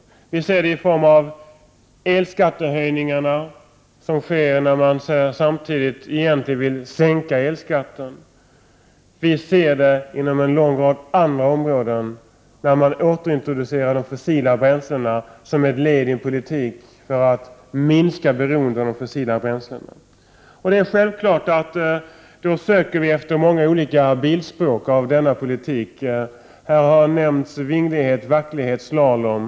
Vi ser resultatet av detta i form av elskattehöjningar — sådana sker ju, trots att man samtidigt egentligen vill sänka elskatten — och på en lång rad andra områden. Man introducerar åter t.ex. fossila bränslen — detta som ett led i en politik som syftar till ett minskat beroende av fossila bränslen! Det är självklart att vi här får ta till bildspråk av många olika slag. Det har ju talats om vinglighet, vacklande och slalom.